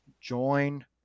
join